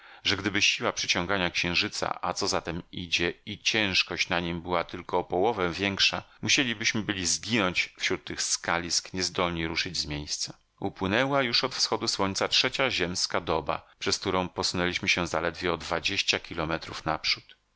że gdyby siła przyciągania księżyca a co za tem idzie i ciężkość na nim była tylko o połowę większa musielibyśmy byli zginąć wśród tych skalisk niezdolni ruszyć się z miejsca upłynęła już od wschodu słońca trzecia ziemska doba przez którą posunęliśmy się zaledwie o dwadzieścia kilometrów naprzód